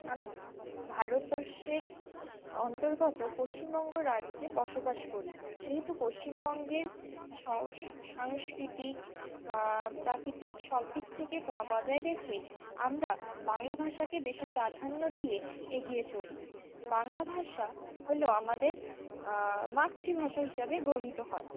আমি ভারতবর্ষের অন্তর্গত পশ্চিমবঙ্গ রাজ্যে বসবাস করি সেহেতু পশ্চিমবঙ্গের সাংস্কৃতিক প্রাকৃতিক সব দিক থেকে বজায় রেখে আমরা বাংলা ভাষাকে বেশি প্রাধান্য দিয়ে এগিয়ে চলি বাংলা ভাষা হলো আমাদের মাতৃভাষা হিসাবে গণিত হয়